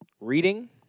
reading